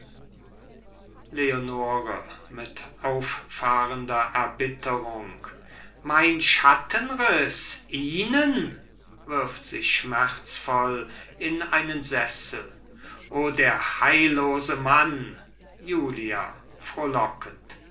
leonore mit auffahrender erbitterung mein schattenriß ihnen wirft sich schmerzvoll in einen sessel o der heillose mann julia frohlockend